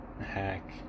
Hack